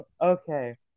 Okay